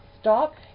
stop